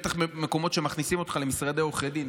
בטח במקומות שמכניסים אותך למשרדי עורכי דין,